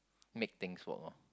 make things work orh